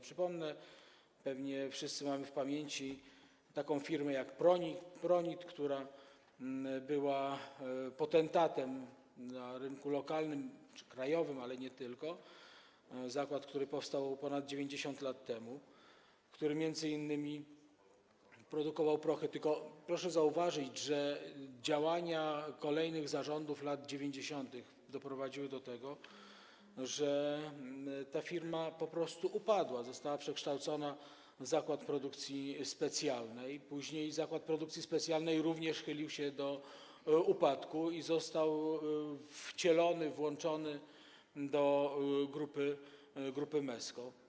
Przypomnę, choć pewnie wszyscy mamy w pamięci taką firmę jak Pronit, która była potentatem na rynku lokalnym czy krajowym, ale nie tylko, zakład, który powstał ponad 90 lat, który m.in. produkował prochy, tylko proszę zauważyć, że działania kolejnych zarządów w latach 90. doprowadziły do tego, że ta firma po prostu upadła, została przekształcona w zakład produkcji specjalnej, później zakład produkcji specjalnej również chylił się ku upadkowi i został wcielony, włączony do grupy Mesko.